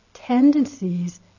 Tendencies